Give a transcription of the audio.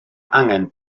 angen